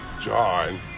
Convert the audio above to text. John